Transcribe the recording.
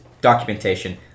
documentation